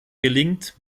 gelingt